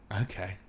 Okay